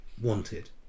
wanted